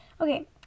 okay